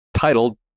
titled